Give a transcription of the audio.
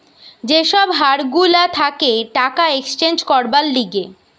যে সব হার গুলা থাকে টাকা এক্সচেঞ্জ করবার লিগে